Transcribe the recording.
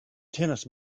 tennis